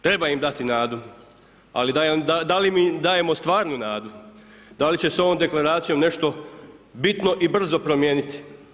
Treba im dati nadu, ali da li im dajemo stvarnu nadu, dali će se ovom Deklaracijom nešto bitno i brzo promijeniti.